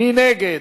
מי נגד?